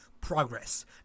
progress